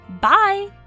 Bye